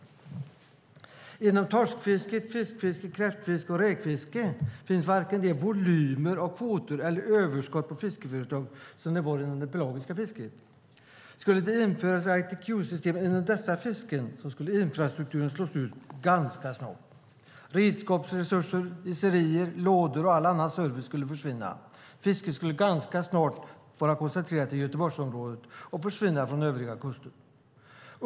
Men inom torskfisket, fiskfisket, kräftfisket och räkfisket finns inte de kvotvolymerna eller det överskott på fiskeföretag som fanns inom det pelagiska fisket. Skulle ITQ-systemet införas inom dessa typer av fiske skulle infrastrukturen slås ut ganska snart. Redskapsresurser, iserier, lådor och all annan service skulle försvinna. Fisket skulle ganska snart vara koncentrerat till Göteborgsområdet och försvinna från övriga kuster.